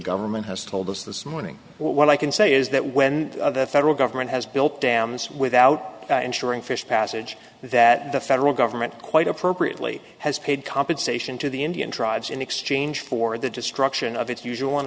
government has told us this morning what i can say is that when the federal government has built dams without insuring fish passage that the federal government quite appropriately has paid compensation to the indian tribes in exchange for the destruction of its usual on